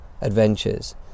adventures